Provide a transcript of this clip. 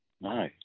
No